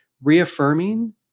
reaffirming